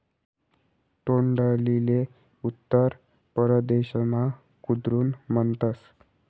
तोंडलीले उत्तर परदेसमा कुद्रुन म्हणतस